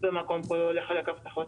במקום של לחלק הבטחות.